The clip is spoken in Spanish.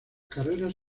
carreras